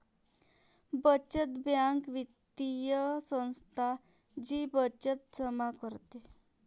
बचत बँक वित्तीय संस्था जी बचत जमा करते